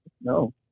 No